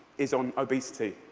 is on obesity,